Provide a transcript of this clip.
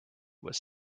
was